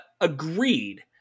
Agreed